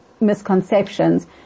misconceptions